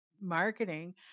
marketing